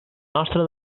nostra